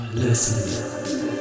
listen